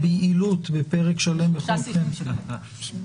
ביעילות בפרק שלם בחוק ההסדרים.